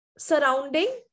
surrounding